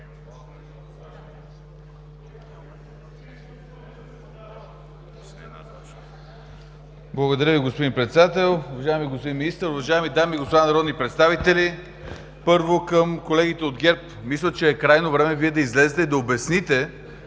Благодаря Ви, господин Председател. Уважаеми господин Министър, уважаеми дами и господа народни представители! Първо, към колегите от ГЕРБ. Мисля, че е крайно време Вие да излезете и да обясните